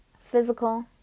physical